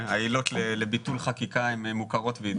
-- והעילות לביטול חקיקה הן מוכרות וידועות.